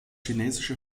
chinesische